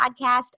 podcast